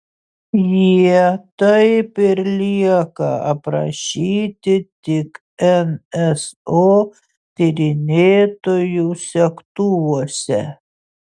jie taip ir lieka aprašyti tik nso tyrinėtojų segtuvuose